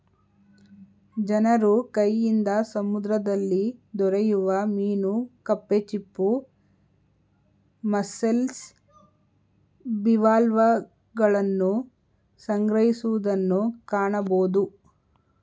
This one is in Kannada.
ಜನರು ಕೈಯಿಂದ ಸಮುದ್ರದಲ್ಲಿ ದೊರೆಯುವ ಮೀನು ಕಪ್ಪೆ ಚಿಪ್ಪು, ಮಸ್ಸೆಲ್ಸ್, ಬಿವಾಲ್ವಗಳನ್ನು ಸಂಗ್ರಹಿಸುವುದನ್ನು ಕಾಣಬೋದು